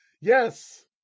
Yes